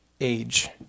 age